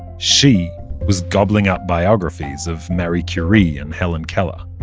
she was gobbling up biographies of marie curie and hellen keller.